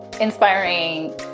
inspiring